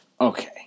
okay